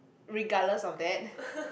regardless of that